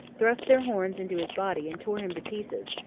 thrust their horns into his body and tore him to pieces,